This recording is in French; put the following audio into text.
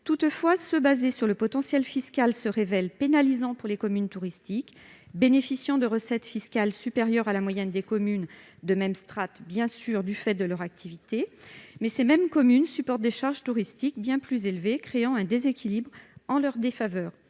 Toutefois, se fonder sur le potentiel fiscal se révèle pénalisant pour les communes touristiques qui bénéficient de recettes fiscales supérieures à la moyenne des communes de même strate du fait de leur activité touristique. Néanmoins, ces mêmes communes supportent des charges touristiques bien plus élevées, créant un déséquilibre en leur défaveur.